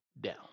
down